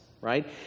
right